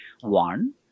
One